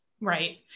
Right